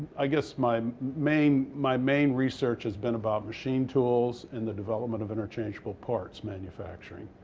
i guess my main my main research has been about machine tools and the development of interchangeable parts manufacturing.